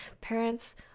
parents